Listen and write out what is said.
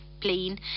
plain